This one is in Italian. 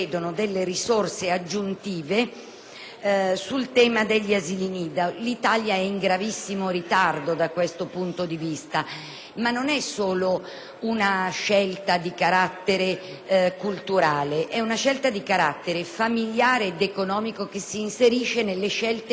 sul tema degli asili nido. L'Italia è in gravissimo ritardo da questo punto di vista, ma la nostra non è solo una scelta di carattere culturale, è una scelta di carattere familiare ed economico che si inserisce nelle scelte richieste dall'Unione europea,